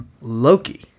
Loki